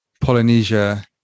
Polynesia